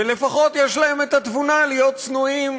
ולפחות יש להם התבונה להיות צנועים,